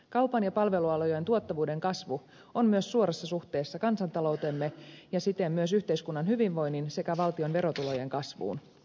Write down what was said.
kaupan ja palvelualojen tuottavuuden kasvu on myös suorassa suhteessa kansantalouteemme ja siten myös yhteiskunnan hyvinvoinnin sekä valtion verotulojen kasvuun